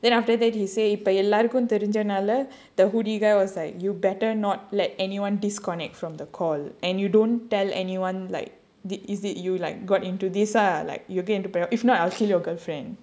then after that he இப்போ எல்லோருக்கும் தெரிஞ்சதால:ippo ellorukkum therinjathaala the hoodie guy was like you better not let anyone disconnect from the call and you don't tell anyone like thi~ is thi~ you like got into this ah like you will get into parole if not I'll kill your girlfriend